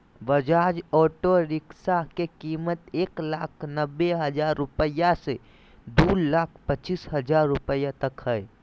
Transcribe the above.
Bajaj auto rickshaw के कीमत एक लाख नब्बे हजार रुपया से दू लाख पचीस हजार रुपया तक हइ